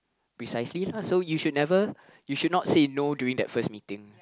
precisely lah so you should never you should not say no during that first meeting